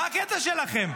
מה הקטע שלכם?